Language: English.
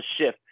shift